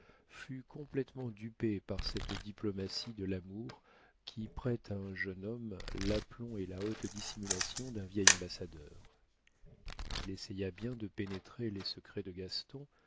fut complétement dupé par cette diplomatie de l'amour qui prête à un jeune homme l'aplomb et la haute dissimulation d'un vieil ambassadeur il essaya bien de pénétrer les secrets de gaston